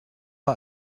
bei